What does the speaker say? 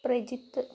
Prajith